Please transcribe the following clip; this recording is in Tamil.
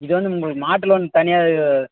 இது வந்து நம்மளுக்கு மாட்டு லோன் தனியாக